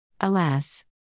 Alas